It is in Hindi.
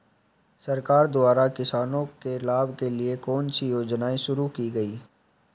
सरकार द्वारा किसानों के लाभ के लिए कौन सी योजनाएँ शुरू की गईं?